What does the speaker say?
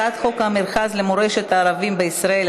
הצעת חוק המרכז למורשת הערבים בישראל,